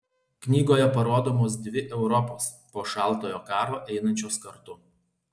knygoje parodomos dvi europos po šaltojo karo einančios kartu